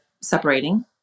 separating